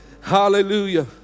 Hallelujah